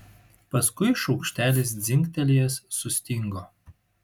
paskui šaukštelis dzingtelėjęs sustingo